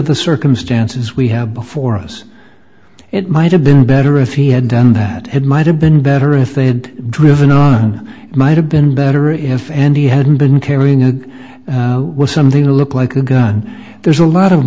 the circumstances we have before us it might have been better if he had done that had might have been better if they had driven on might have been better if and he hadn't been carrying it was something to look like a gun there's a lot of